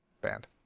band